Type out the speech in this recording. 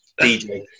DJ